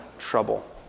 trouble